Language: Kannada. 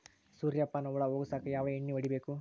ಸುರ್ಯಪಾನ ಹುಳ ಹೊಗಸಕ ಯಾವ ಎಣ್ಣೆ ಹೊಡಿಬೇಕು?